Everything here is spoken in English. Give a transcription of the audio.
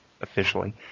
officially